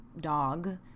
dog